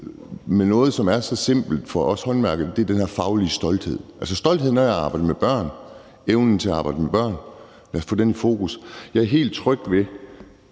med noget, som er så simpelt for os håndværkere. Det er den her faglige stolthed. Altså, lad os få stoltheden af at arbejde med børn og evnen til at arbejde med børn i fokus. Jeg er helt tryg ved,